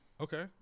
Okay